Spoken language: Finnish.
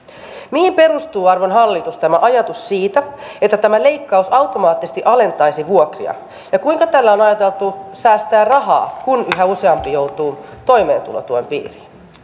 mihin perustuu arvon hallitus ajatus siitä että tämä leikkaus automaattisesti alentaisi vuokria ja kuinka tällä on ajateltu säästää rahaa kun yhä useampi joutuu toimeentulotuen piiriin